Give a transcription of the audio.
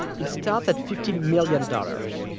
it starts at fifty million dollars.